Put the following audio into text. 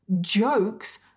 jokes